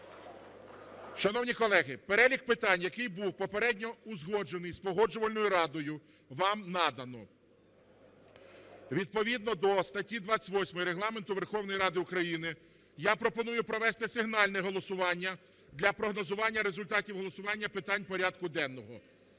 Шановні колеги, перелік питань, який був попередньо узгоджений з Погоджувальною радою, вам надано. Відповідно до статті 28 Регламенту Верховної Ради України я пропоную провести сигнальне голосування для прогнозування результатів голосування питань порядку денного.